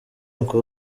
uncle